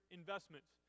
investments